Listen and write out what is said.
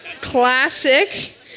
Classic